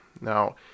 Now